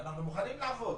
ואנחנו מוכנים לעבוד.